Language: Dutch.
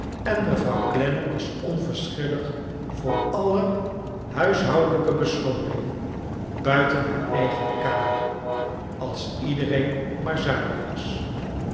en mevrouw ciennam was onverschillig voor alle huishoudelijke beslommeringen buiten haar eigen kamer als iedereen maar zuinig was